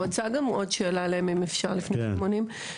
אני רוצה גם עוד שאלה אליהם לפני שהם עונים,